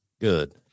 Good